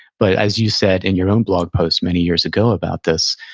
but as you said in your own blog post many years ago about this,